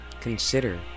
consider